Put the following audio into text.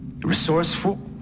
resourceful